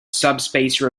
subspace